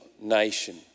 nation